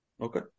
Okay